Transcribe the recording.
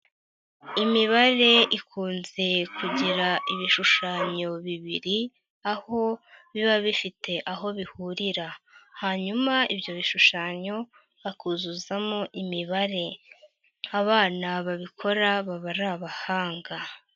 Imibare ikunze kugira ibishushanyo bibiri, aho biba bifite aho bihurira. Hanyuma ibyo bishushanyo bakuzuzamo imibare. Abana babikora baba ari abahanga.